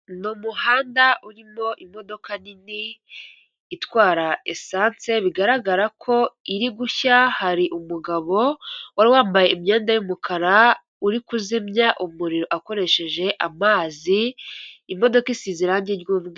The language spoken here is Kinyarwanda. Ni umuhanda urimo imodoka nini itwara esanse, bigaragara ko iri gushya hari umugabo wari wambaye imyenda y'umukara uri kuzimya umuriro akoresheje amazi, imodoka isize irangi ry'u.